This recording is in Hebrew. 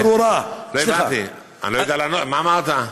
אני בצורה ברורה --- לא הבנתי, מה אמרת?